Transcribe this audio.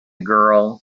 girl